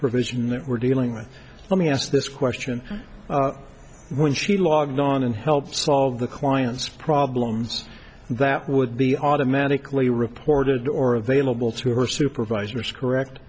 provision that we're dealing with let me ask this question when she logged on and help solve the client's problems that would be automatically reported or available to her supervisors correct